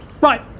Right